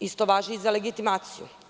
Isto važi i za legitimaciju.